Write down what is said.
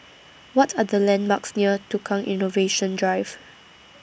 What Are The landmarks near Tukang Innovation Drive